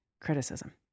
criticism